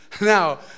Now